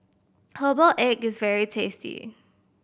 herbal egg is very tasty